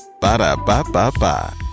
Ba-da-ba-ba-ba